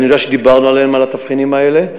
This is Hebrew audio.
אני יודע שדיברנו על התבחינים האלה.